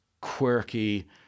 quirky